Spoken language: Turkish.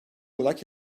olarak